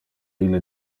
ille